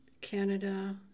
Canada